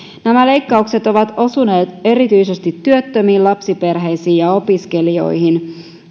nämä leikkaukset ovat osuneet erityisesti työttömiin lapsiperheisiin ja opiskelijoihin